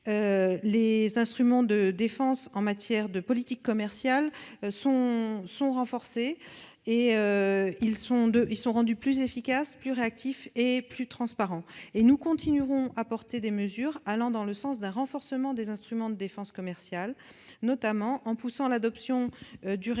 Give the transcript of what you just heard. les instruments de défense en matière de politique commerciale sont renforcés et rendus plus efficaces, plus réactifs et plus transparents. Nous continuerons à soutenir des mesures allant dans le sens d'un renforcement des instruments de défense commerciale, notamment en poussant à l'adoption du règlement